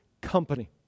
company